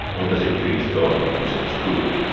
or does it please god because it's good?